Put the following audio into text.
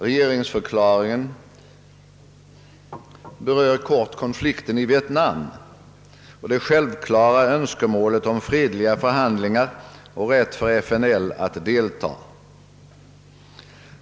Regeringsförklaringen berör kort konflikten i Vietnam och det självklara önskemålet om fredliga förhandlingar och rätt för FNL att delta.